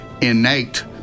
innate